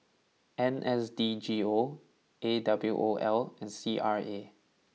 N S D G O A W O L and C R A